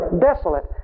desolate